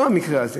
לא המקרה הזה: